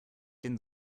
den